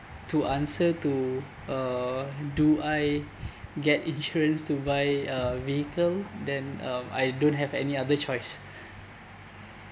to answer to uh do I get insurance to buy a vehicle then um I don't have any other choice